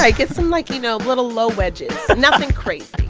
like get some, like, you know, little low wedges nothing crazy